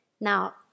Now